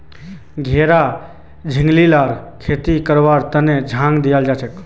घेरा झिंगलीर खेती करवार तने झांग दिबा हछेक